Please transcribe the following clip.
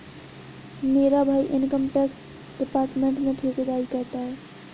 मेरा भाई income tax department में ठेकेदारी करता है